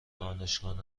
دانشگاه